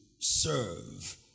serve